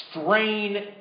strain